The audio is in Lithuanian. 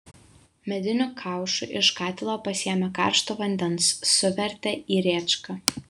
mediniu kaušu iš katilo pasėmė karšto vandens suvertė į rėčką